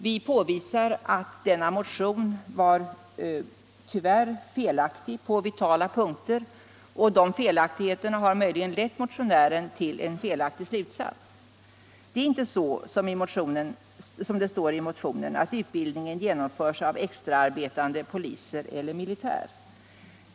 Vi påvisar att denna motion tyvärr är felaktig på vitala punkter. De felaktigheterna har möjligen lett motionärerna till en felaktig slutsats. Det är inte så, som det står i motionen, att utbildningen genomförs av extraarbetande poliser eller militär.